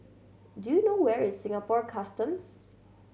do you know where is Singapore Customs